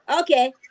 okay